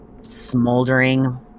smoldering